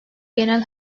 genel